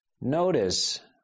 Notice